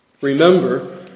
Remember